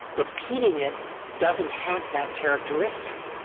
repeating it doesn't have that characteristic.